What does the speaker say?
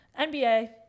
NBA